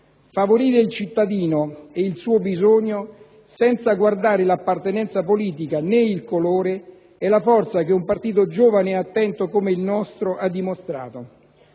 favorire il cittadino e il suo bisogno, senza guardare l'appartenenza politica né il colore è la forza che un partito giovane e attento come il nostro ha dimostrato.